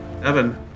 Evan